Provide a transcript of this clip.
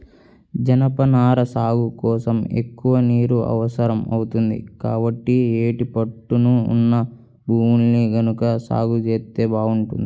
జనపనార సాగు కోసం ఎక్కువ నీరు అవసరం అవుతుంది, కాబట్టి యేటి పట్టున ఉన్న భూముల్లో గనక సాగు జేత్తే బాగుంటది